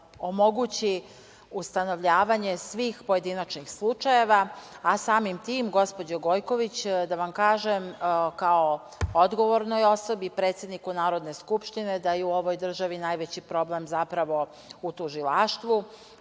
omogući ustanovljavanje svih pojedinačnih slučajeva, a samim tim, gospođo Gojković, da vam kažem kao odgovornoj osobi, predsedniku Narodne skupštine, da je u ovoj državi najveći problem zapravo u Tužilaštvu. Zamenik